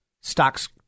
stocks